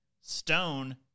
Stone